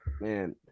man